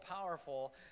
powerful